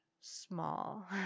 small